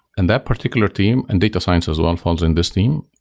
and that particular team and data science as well and falls in this team,